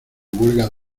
huelga